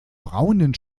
braunen